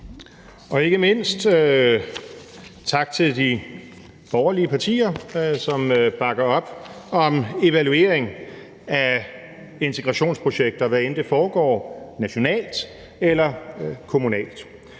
Og ikke mindst tak til de borgerlige partier, som bakker op om evaluering af integrationsprojekter, hvad enten det foregår nationalt eller kommunalt.